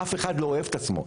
אף אחד לא אוהב את עצמו.